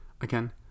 Again